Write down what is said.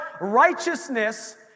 Righteousness